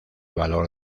valor